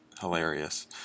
hilarious